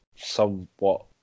somewhat